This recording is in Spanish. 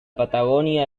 patagonia